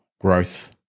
growth